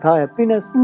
happiness